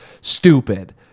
stupid